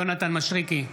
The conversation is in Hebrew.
יונתן מישרקי,